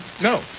No